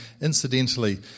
incidentally